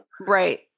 right